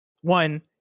one